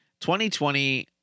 2020